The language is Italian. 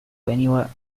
veniva